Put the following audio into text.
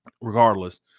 regardless